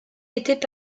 étaient